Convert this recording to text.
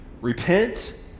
Repent